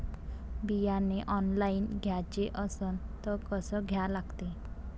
बियाने ऑनलाइन घ्याचे असन त कसं घ्या लागते?